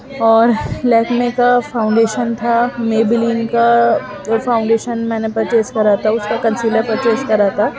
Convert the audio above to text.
اور لیکمے کا فاؤنڈیشن تھا میبلین کا فاؤنڈیشن میں نے پرچیز کرا تھا اس کا کانسیلر پرچیز کرا تھا